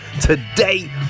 Today